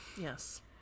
yes